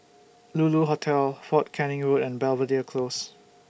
Lulu Hotel Fort Canning Road and Belvedere Close